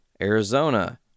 Arizona